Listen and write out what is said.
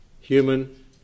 human